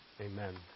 Amen